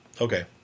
Okay